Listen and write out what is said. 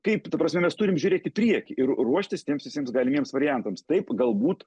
kaip ta prasme mes turim žiūrėt į priekį ir ruoštis tiems visiems galimiems variantams taip galbūt